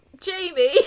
jamie